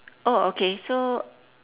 oh okay so